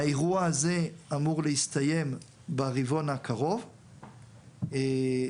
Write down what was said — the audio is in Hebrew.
האירוע הזה אמור להסתיים ברבעון הקרוב ואנחנו